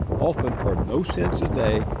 often for no cents a day,